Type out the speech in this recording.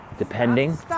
depending